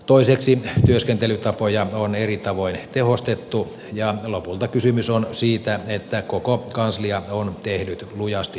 toiseksi työskentelytapoja on eri tavoin tehostettu ja lopulta kysymys on siitä että koko kanslia on tehnyt lujasti töitä